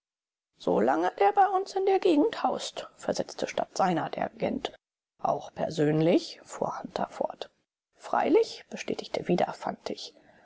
der bei uns in der gegend haust versetzte statt seiner der agent auch persönlich fuhr hunter fort freilich bestätigte wieder